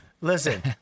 Listen